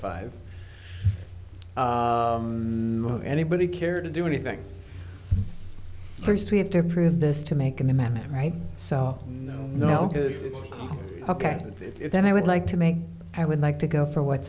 five anybody cared to do anything first we have to prove this to make an amendment right so no no ok if then i would like to make i would like to go for what